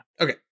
Okay